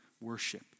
worship